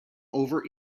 over